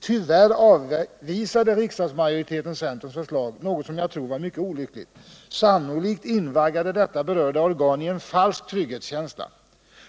Tyvärr avvisade riksdagsmajoriteten centerns förslag, något som jag tror var mycket olyckligt. Sannolikt invaggade detta berörda organ i en falsk trygghetskänsla.